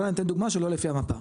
בכוונה אני נותן דוגמא שלא לפי המפה,